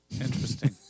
Interesting